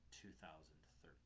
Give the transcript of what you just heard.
2013